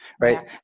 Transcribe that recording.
right